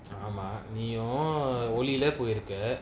ஆமா நீயு ஒளில போயிருக்க:aama neeyu olila poyirukka